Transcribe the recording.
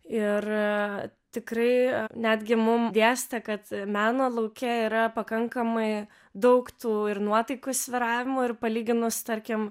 ir tikrai netgi mum dėstė kad meno lauke yra pakankamai daug tų nuotaikų svyravimų ir palyginus tarkim